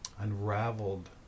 unraveled